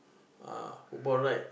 ah fottball right